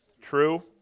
True